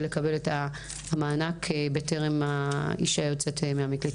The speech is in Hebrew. לקבל את המענק טרם האישה יוצאת מהמקלט.